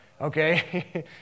Okay